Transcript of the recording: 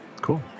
Cool